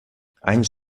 anys